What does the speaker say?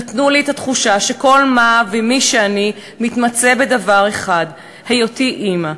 נתנו לי את התחושה שכל מה ומי שאני מתמצה בדבר אחד: היותי אימא.